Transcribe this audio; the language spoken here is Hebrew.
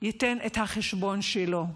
ייתן את החשבון שלו,